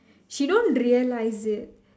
she don't realise it